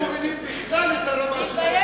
אתם מורידים בכלל את הרמה,